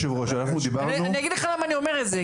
אני אגיד לך למה אני אומר את זה,